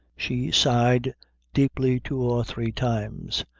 she sighed deeply two or three times.